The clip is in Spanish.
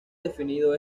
definido